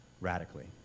radically